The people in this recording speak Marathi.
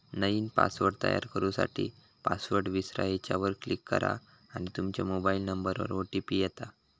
नईन पासवर्ड तयार करू साठी, पासवर्ड विसरा ह्येच्यावर क्लीक करा आणि तूमच्या मोबाइल नंबरवर ओ.टी.पी येता